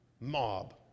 mob